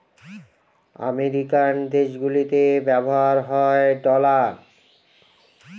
American দেশগুলিতে ব্যবহার হয় ডলার